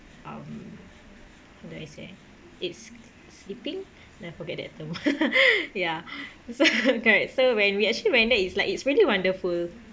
um how do I say it's sleeping no forget that term ya so right so when we actually went there it's like it's really wonderful